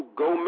go